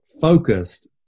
focused